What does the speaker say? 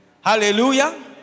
Hallelujah